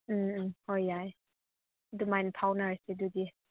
ꯎꯝ ꯎꯝ ꯍꯣꯏ ꯌꯥꯏ ꯑꯗꯨꯃꯥꯏꯅ ꯐꯥꯎꯅꯔꯁꯦ ꯑꯗꯨꯗꯤ